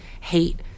hate